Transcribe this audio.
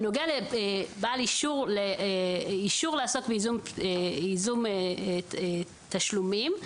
בנוגע לבעל אישור לעשות ייזום תשלומים.